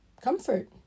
comfort